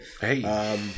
Hey